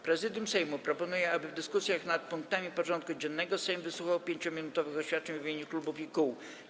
Prezydium Sejmu proponuje, aby w dyskusjach nad punktami porządku dziennego Sejm wysłuchał 5-minutowych oświadczeń w imieniu klubów i kół.